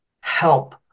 help